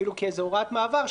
אפילו כהוראת מעבר,